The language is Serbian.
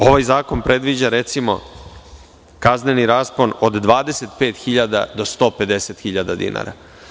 Ovaj zakon predviđa, recimo, kazneni raspon od 25.000 do 150.000 dinara.